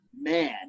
man